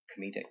comedic